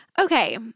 Okay